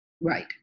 Right